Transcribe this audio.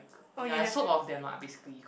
ya I sop all of them ah basically